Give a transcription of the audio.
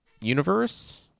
universe